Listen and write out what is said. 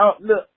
Look